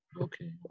okay